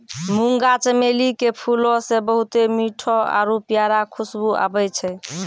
मुंगा चमेली के फूलो से बहुते मीठो आरु प्यारा खुशबु आबै छै